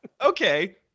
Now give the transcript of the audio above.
Okay